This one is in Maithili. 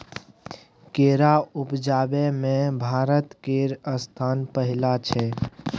केरा उपजाबै मे भारत केर स्थान पहिल छै